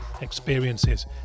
experiences